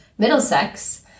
Middlesex